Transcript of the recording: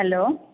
hello